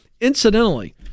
Incidentally